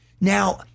Now